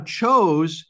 chose